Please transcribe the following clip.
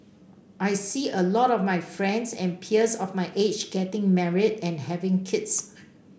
I see a lot of my friends and peers of my age getting married and having kids